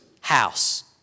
house